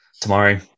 tomorrow